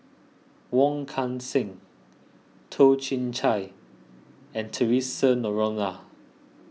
Wong Kan Seng Toh Chin Chye and theresa Noronha